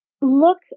look